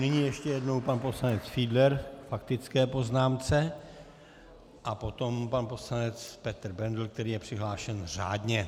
Nyní ještě jednou pan poslanec Fiedler s faktickou poznámkou a potom pan poslanec Petr Bendl, který je přihlášen řádně.